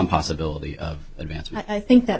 possibility of advancement i think that